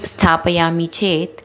स्थापयामि चेत्